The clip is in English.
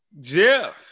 Jeff